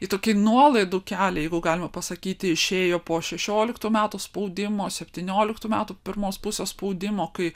į tokį nuolaidų kelią jeigu galima pasakyti išėjo po šešioliktų metų spaudimo septynioliktų metų pirmos pusės spaudimo kai